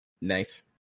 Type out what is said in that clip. Nice